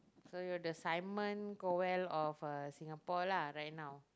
so you're the Simon-Cowell of uh Singapore lah right now